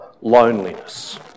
loneliness